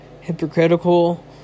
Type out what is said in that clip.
hypocritical